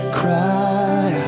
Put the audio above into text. cry